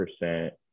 percent